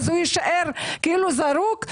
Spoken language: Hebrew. אז הוא יישאר כאילו זרוק?